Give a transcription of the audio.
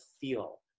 feel